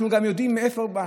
אנחנו גם יודעים מאיפה בא,